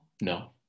No